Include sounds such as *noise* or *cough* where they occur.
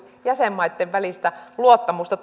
jäsenmaitten välistä luottamusta *unintelligible*